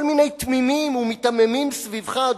כל מיני תמימים ומיתממים סביבך,